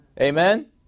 Amen